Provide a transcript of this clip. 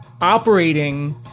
operating